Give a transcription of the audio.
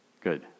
Good